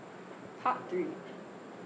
part three